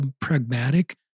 pragmatic